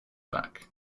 back